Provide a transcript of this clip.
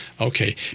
Okay